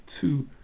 two